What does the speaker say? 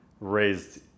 raised